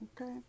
Okay